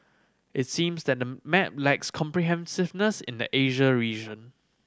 it seems that the map lacks comprehensiveness in the Asia region